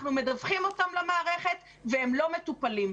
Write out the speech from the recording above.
אנחנו מדווחים אותם למערכת והם לא מטופלים.